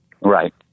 Right